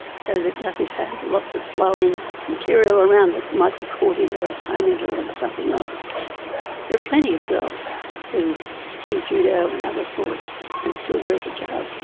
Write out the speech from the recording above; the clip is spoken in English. so that it doesn't have lots of flowing material around it, might be caught in her opponent or in something else. there are plenty of girls who do judo and other sports and still wear hijab.